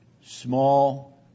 small